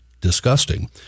disgusting